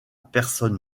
personne